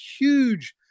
huge